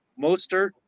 Mostert